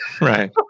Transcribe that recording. Right